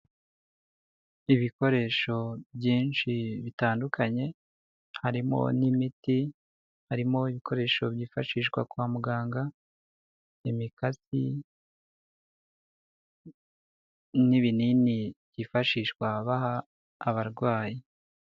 Ibikoresho byinshi bitandukanye harimo n'imiti, harimo ibikoresho byifashishwa kwa muganga, imikasi n'ibinini byifashishwa baha abarwayi.